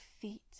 feet